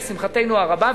לשמחתנו הרבה,